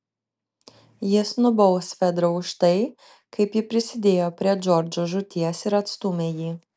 jis nubaus fedrą už tai kaip ji prisidėjo prie džordžo žūties ir atstūmė jį